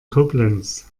koblenz